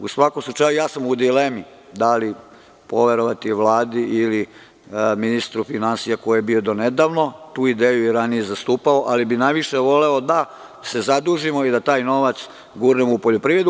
U svakom slučaju, ja sam u dilemi da li poverovati Vladi ili ministri finansija koji je bio do nedavno i tu ideju je i ranije zastupao, ali bi najviše voleo da se zadužimo i da taj novac gurnemo u poljoprivredu.